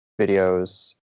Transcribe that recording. videos